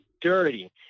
dirty